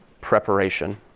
preparation